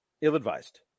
Ill-advised